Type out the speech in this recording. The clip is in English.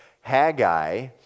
Haggai